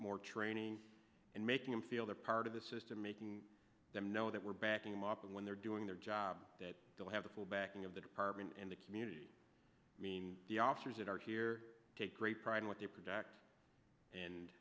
more training and making him feel they're part of the system making them know that we're backing them up and when they're doing their job that they'll have the full backing of the department and the community i mean the officers that are here take great pride in what they project and